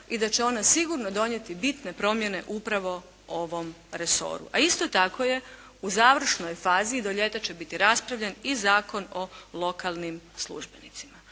i da će ona sigurno donijeti bitne promjene upravo ovom resoru. A isto tako je u završnoj fazi i do ljeta će biti raspravljen i Zakon o lokalnim službenicima,